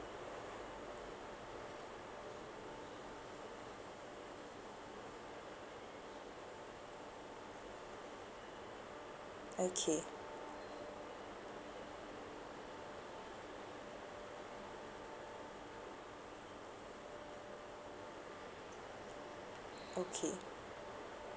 okay okay